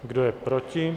Kdo je proti?